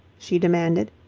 she demanded.